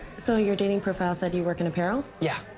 so your dating profile said you work in apparel? yeah.